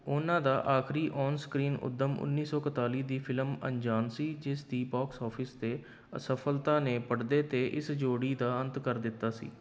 ਉਨ੍ਹਾਂ ਦਾ ਆਖਰੀ ਆਨਸਕ੍ਰੀਨ ਉੱਦਮ ਉੱਨੀ ਸੌ ਇੱਕਤਾਲੀ ਦੀ ਫਿਲਮ ਅਨਜਾਨ ਸੀ ਜਿਸ ਦੀ ਬਾਕਸ ਆਫਿਸ 'ਤੇ ਅਸਫਲਤਾ ਨੇ ਪਰਦੇ 'ਤੇ ਇਸ ਜੋੜੀ ਦਾ ਅੰਤ ਕਰ ਦਿੱਤਾ ਸੀ